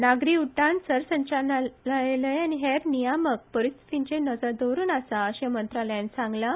नागरी उड्डाण सरसंचालनालय आनी हेर नियामक परिस्थितीचेर नदर दवरून आसा अशें मंत्रालयान सांगलां